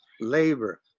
labor